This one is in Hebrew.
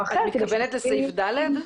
את מתכוונת לסעיף (ד)?